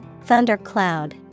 Thundercloud